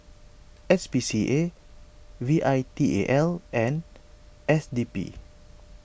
S P C A V I T A L and S D P